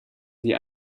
sie